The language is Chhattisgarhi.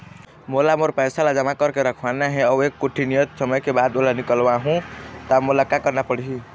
मोला मोर पैसा ला जमा करके रखवाना हे अऊ एक कोठी नियत समय के बाद ओला निकलवा हु ता मोला का करना पड़ही?